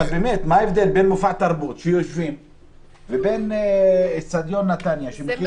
ההבדל בין מופע תרבות לבין אצטדיון שמכיל